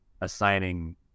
assigning